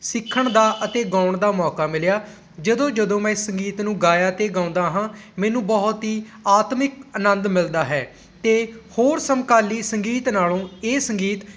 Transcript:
ਸਿੱਖਣ ਦਾ ਅਤੇ ਗਾਉਣ ਦਾ ਮੌਕਾ ਮਿਲਿਆ ਜਦੋਂ ਜਦੋਂ ਮੈਂ ਇਸ ਸੰਗੀਤ ਨੂੰ ਗਾਇਆ ਅਤੇ ਗਾਉਂਦਾ ਹਾਂ ਮੈਨੂੰ ਬਹੁਤ ਹੀ ਆਤਮਿਕ ਆਨੰਦ ਮਿਲਦਾ ਹੈ ਅਤੇ ਹੋਰ ਸਮਕਾਲੀ ਸੰਗੀਤ ਨਾਲੋਂ ਇਹ ਸੰਗੀਤ